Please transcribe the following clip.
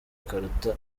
karuta